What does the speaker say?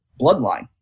bloodline